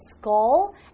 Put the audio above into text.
skull